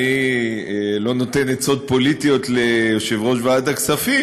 אני לא נותן עצות פוליטיות ליושב-ראש ועדת הכספים,